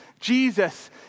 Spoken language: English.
Jesus